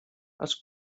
els